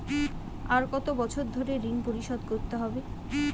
আর কত বছর ধরে ঋণ পরিশোধ করতে হবে?